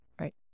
right